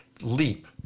leap